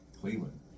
Cleveland